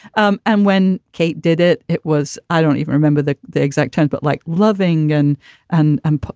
um and when kate did it, it was i don't even remember the the exact times, but like loving and and, and but